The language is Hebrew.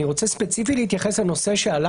אני רוצה ספציפית להתייחס לנושא שעלה